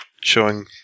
showing